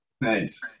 Nice